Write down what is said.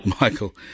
Michael